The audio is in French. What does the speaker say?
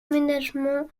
aménagements